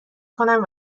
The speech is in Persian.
کنم